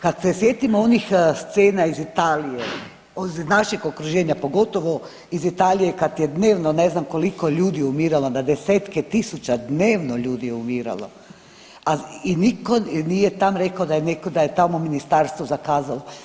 Kad se sjetimo onih scena iz Italije, iz našeg okruženja, pogotovo iz Italije kad je dnevno ne znam koliko ljudi umiralo, na desetke tisuća dnevno ljudi je umiralo, a i nitko nije tam rekao da je netko, da je tamo ministarstvo zakazalo.